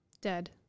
Dead